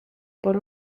por